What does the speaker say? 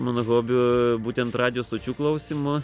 mano hobiu būtent radijo stočių klausimu